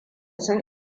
sun